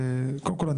קודם כל,